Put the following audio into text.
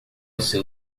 seu